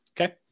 Okay